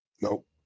nope